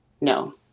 No